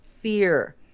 fear